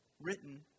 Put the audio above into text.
written